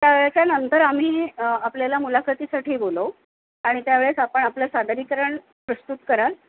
त्यावेळेच्यानंतर आम्ही आपल्याला मुलाखतीसाठी बोलवू आणि त्यावेळेस आपण आपलं सादरीकरण प्रस्तुत कराल